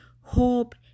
Hope